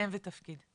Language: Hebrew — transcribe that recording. אני